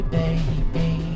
baby